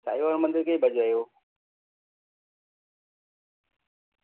સાંઈબાબા મંદિર કઈ બાજુ આવ્યું